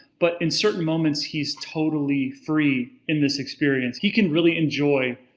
but in certain moments, he is totally free in this experience. he can really enjoy,